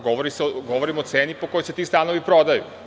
Govorim o ceni po kojoj se ti stanovi prodaju.